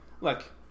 Look